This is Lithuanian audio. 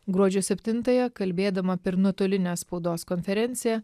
gruodžio septintąją kalbėdama per nuotolinę spaudos konferenciją